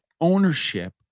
ownership